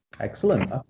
Excellent